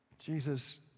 Jesus